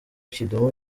kidum